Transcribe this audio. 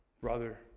Brother